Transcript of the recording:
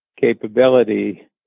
capability